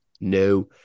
No